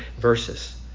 verses